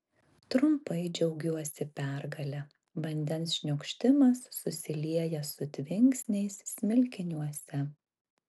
trumpai džiaugiuosi pergale vandens šniokštimas susilieja su tvinksniais smilkiniuose